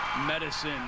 Medicine